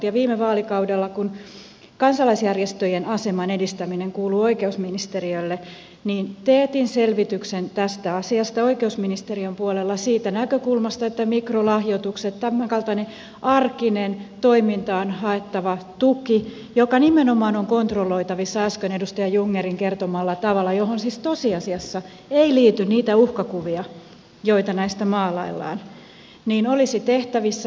ja viime vaalikaudella kun kansalaisjärjestöjen aseman edistäminen kuuluu oikeusministeriölle teetin selvityksen tästä asiasta oikeusministeriön puolella siitä näkökulmasta että mikrolahjoitukset tämänkaltainen arkiseen toimintaan haettava tuki joka nimenomaan on kontrolloitavissa äsken edustaja jungnerin kertomalla tavalla ja johon siis tosiasiassa ei liity niitä uhkakuvia joita näistä maalaillaan olisivat tehtävissä